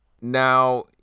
Now